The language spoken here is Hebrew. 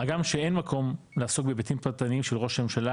הגם שאין מקום לעסוק בהיבטים פרטניים של ראש הממשלה